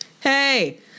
Hey